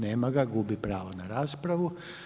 Nema ga, gubi pravo na raspravu.